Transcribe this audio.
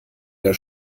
der